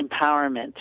empowerment